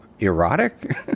Erotic